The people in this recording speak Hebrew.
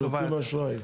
ללווים באשראי.